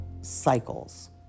cycles